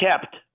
kept